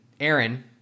Aaron